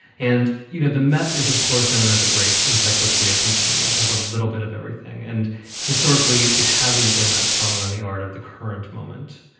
and, you know, the met is, of course, known as a great encyclopedic museum and has a little bit of everything. and historically, it hasn't been that strong on the art of the current moment.